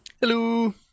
Hello